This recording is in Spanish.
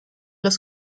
los